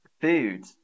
food